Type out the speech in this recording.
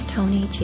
Tony